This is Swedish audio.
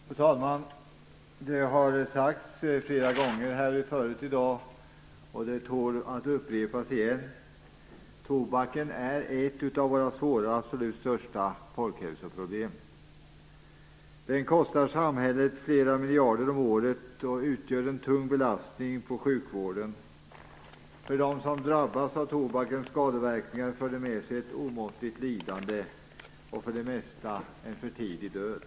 Fru talman! Det har sagts flera gånger här förut i dag och det tål att upprepas igen: Tobaken är ett av våra svåra och absolut största folkhälsoproblem. Den kostar samhället flera miljarder om året och utgör en tung belastning på sjukvården. För dem som drabbas av tobakens skadeverkningar för det med sig ett omåttligt lidande och för det mesta en för tidig död.